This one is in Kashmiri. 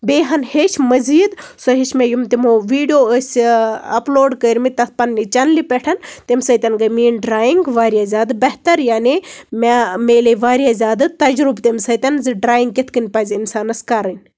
بیٚیہِ ہن ہیٚچھ مزیٖد سۄ ہیٚچھ مےٚ یِم تِمو ویٖڈیو ٲسۍ اپلوڈ کٔرمٕتۍ تتھ پننہِ چنلہِ پٮ۪ٹھ تمہِ سۭتۍ گٔے میٲنۍ ڈراینٛگ واریاہ زیادٕ بہتر یعنی مےٚ میٚلے واریاہ زیادٕ تجربہٕ تمہِ سۭتۍ زِ ڈراینٛگ کتھ کٔنۍ پزِ انسانس کرٕنۍ